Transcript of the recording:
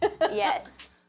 yes